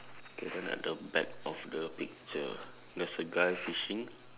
okay then at the back of the picture there's a guy fishing